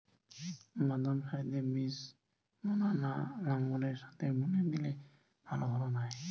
বাদাম সারিতে বীজ বোনা না লাঙ্গলের সাথে বুনে দিলে ভালো ফলন হয়?